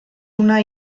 una